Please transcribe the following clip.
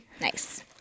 nice